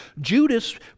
Judas